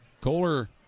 Kohler